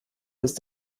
ist